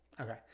Okay